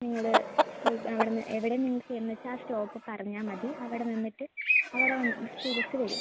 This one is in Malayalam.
നിങ്ങളുടെ അവിടെ നിന്ന് എവിടെ നിങ്ങൾക്ക് എന്നു വച്ചാൽ ആ സ്റ്റോപ്പ് പറഞ്ഞാൽമതി അവിടെ നിന്നിട്ട് അവിടെ വന്ന് സ്കൂൾ ബസ്സ് വരും